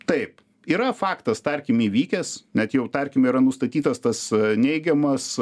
taip yra faktas tarkim įvykęs net jau tarkim yra nustatytas tas neigiamas